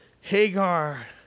Hagar